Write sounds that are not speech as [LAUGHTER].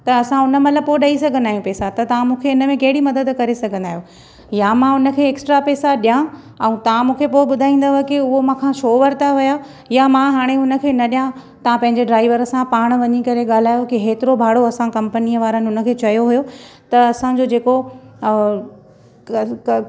त असां हुन महिल पोइ ॾेई सघंदा आहियूं पेसा त तव्हां मूंखे हिनमें कहिड़ी मददु करे सघंदा आहियो मां हुनखे एक्स्ट्रा पैसा ॾेयां ऐं तव्हां मूंखे पोइ ॿुधाईंदव की हो मूंखा छो वठिता हुया या मा हाणे हुनखें न ॾेया तव्हां पंहिंजे ड्राइवर सां पाण वञी करे ॻाल्हायो की एतिरो भाड़ो असां कंपनी वारनि हुनखे चयो हुयो त असांजो जेको [UNINTELLIGIBLE]